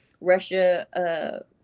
Russia